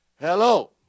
Hello